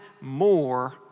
more